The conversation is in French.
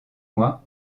mois